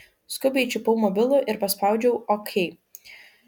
skubiai čiupau mobilų ir paspaudžiau ok